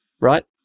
right